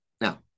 Now